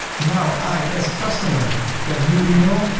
now i as a customer get a new email.